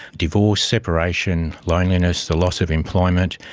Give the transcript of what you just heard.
divorce, separation, loneliness, the loss of employment,